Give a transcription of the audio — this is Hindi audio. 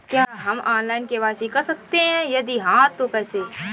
क्या हम ऑनलाइन के.वाई.सी कर सकते हैं यदि हाँ तो कैसे?